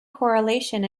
correlation